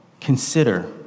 consider